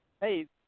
hey